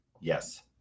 Yes